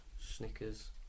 Snickers